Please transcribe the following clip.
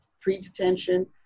pre-detention